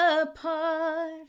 apart